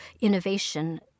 innovation